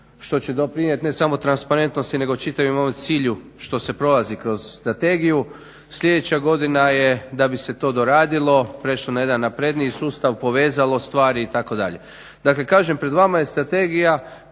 što će doprinijeti ne samo transparentnosti nego čitavom ovom cilju što se prolazi kroz strategiju. Sljedeća godina je da bi se to doradilo, prešlo na jedan napredniji sustav, povezalo stvari itd. Dakle kažem, pred vama je strategija